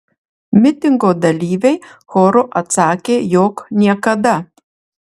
mitingo dalyviai choru atsakė jog niekada